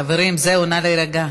חברים, נא להירגע.